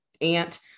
aunt